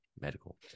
medical